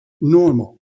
normal